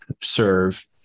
serve